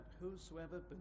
whosoever